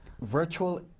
virtual